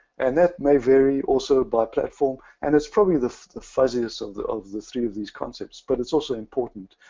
and that may vary also by platform, and is probably the fuzziest of the of the three of these concepts. but it's also important,